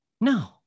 No